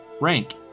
rank